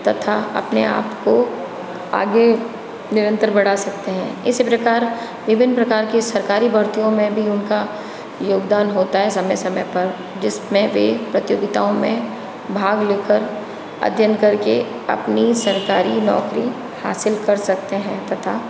तथा अपने आपको आगे निरंतर बढ़ा सकते हैं इसी प्रकार विभिन्न प्रकार के सरकारी भर्तियों में भी उनका योगदान होता है समय समय पर जिसमें भी प्रतियोगिताओं में भाग लेकर अध्ययन करके अपनी सरकारी नौकरी हासिल कर सकते हैं तथा